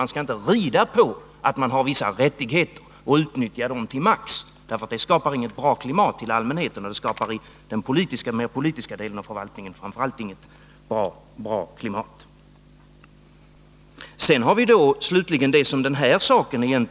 Man skall inte rida på att man har vissa rättigheter och utnyttja dem till max, för det skapar inget bra klimat i förhållandet till allmänheten och framför allt inget bra klimat i den mer politiska delen av förvaltningen.